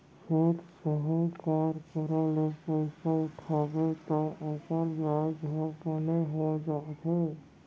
सेठ, साहूकार करा ले पइसा उठाबे तौ ओकर बियाजे ह बने हो जाथे